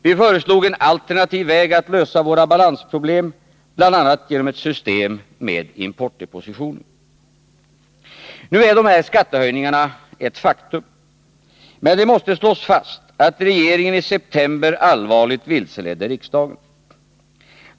Vi föreslog en alternativ väg att lösa våra balansproblem, bl.a. genom ett system med importdepositioner. Nu är dessa skattehöjningar ett faktum. Men det måste slås fast, att regeringen i september allvarligt vilseledde riksdagen.